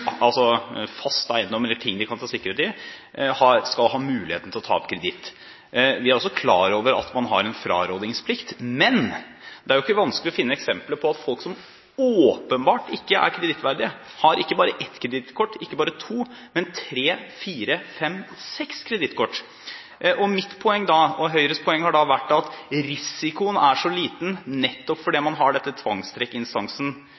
fast eiendom eller ting de kan ha sikkerhet i, skal ha muligheten til å ta opp kreditt. Vi er også klar over at man har en frarådningsplikt, men det er ikke vanskelig å finne eksempler på at folk som åpenbart ikke er kredittverdige, har ikke bare ett kredittkort, ikke bare to, men tre–fire–fem–seks kredittkort. Mitt poeng og Høyres poeng har vært at risikoen er så liten nettopp fordi